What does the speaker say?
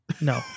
No